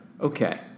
Okay